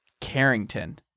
Carrington